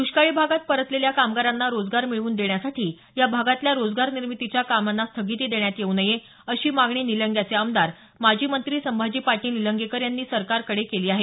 द्ष्काळी भागात परतलेल्या कामगारांना रोजगार मिळवून देण्यासाठी या भागातल्या रोजगार निर्मितीच्या कामांना स्थगिती देण्यात येऊ नये अशी मागणी निलंग्याचे आमदार माजी मंत्री संभाजी पाटील निलंगेकर यांनी सरकारकडे केली आहे